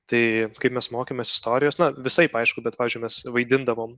tai kaip mes mokėmės istorijos na visaip aišku bet pavyzdžiui mes vaidindavom